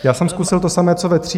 Já jsem zkusil to samé, co ve třídě.